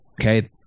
Okay